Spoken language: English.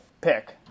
pick